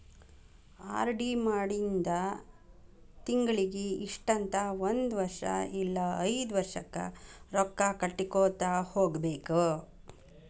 RD ಮಾಡಿಂದ ತಿಂಗಳಿಗಿ ಇಷ್ಟಂತ ಒಂದ್ ವರ್ಷ್ ಇಲ್ಲಾ ಐದ್ ವರ್ಷಕ್ಕ ರೊಕ್ಕಾ ಕಟ್ಟಗೋತ ಹೋಗ್ಬೇಕ್